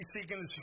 seeking